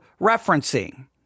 referencing